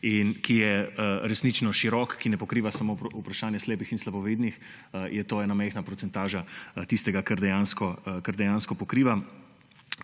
in ki je resnično širok, ki ne pokriva samo vprašanja slepih in slabovidnih. Je to ena majhna procentaža tistega, kar dejansko pokriva;